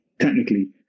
technically